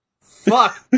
Fuck